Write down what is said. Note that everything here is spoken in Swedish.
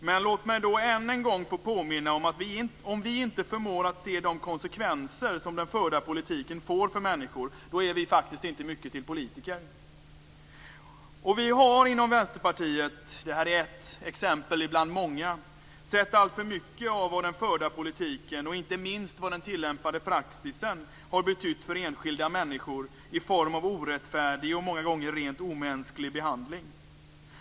Men låt mig då än en gång få påminna om, att om vi inte förmår se de konsekvenser som den förda politiken får för människor är vi inte mycket till politiker. Och vi har inom Vänsterpartiet - det här är ett exempel bland många - sett alltför mycket av vad den förda politiken, och inte minst den tillämpade praxisen, har betytt för enskilda människor i form av orättfärdig och många gånger rent omänsklig behandling.